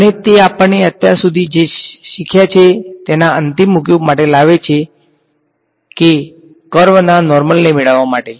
અને તે આપણને અત્યાર સુધી જે શીખ્યા છે તેના અંતિમ ઉપયોગ માટે લાવે છે જે કર્વના નોર્મલ ને મેળવવા માટે છે